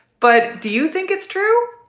but do you think it's true?